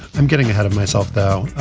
i'm getting ahead of myself, though.